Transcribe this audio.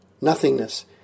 nothingness